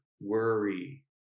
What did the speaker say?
worry